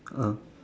ah